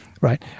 right